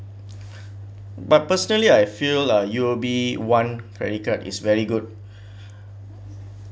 but personally I feel lah U_O_B one credit card is very good